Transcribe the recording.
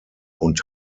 und